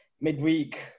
midweek